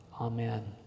Amen